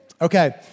okay